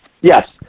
Yes